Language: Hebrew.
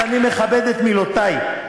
ואני מכבד את מילותי.